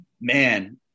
Man